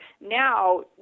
now